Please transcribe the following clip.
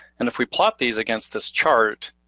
and if we plot these against this chart,